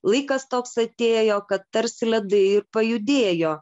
laikas toks atėjo kad tarsi ledai pajudėjo